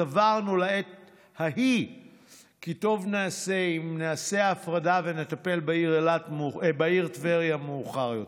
סברנו לעת ההיא כי טוב נעשה אם נעשה הפרדה ונטפל בעיר טבריה מאוחר יותר.